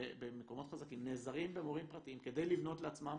במקומות חזקים נעזרים במורים פרטיים כדי לבנות לעצמם